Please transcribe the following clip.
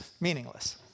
meaningless